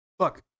Look